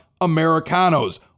Americanos